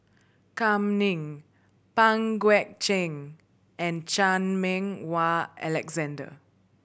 Kam Ning Pang Guek Cheng and Chan Meng Wah Alexander